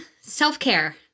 self-care